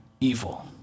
evil